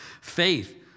Faith